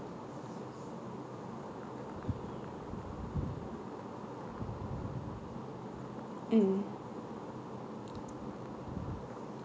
mm